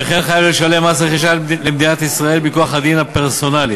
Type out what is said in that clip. וכן חייב לשלם מס רכישה למדינת ישראל מכוח הדין הפרסונלי